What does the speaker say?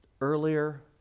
earlier